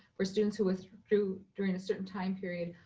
for students who withdrew during a certain time period,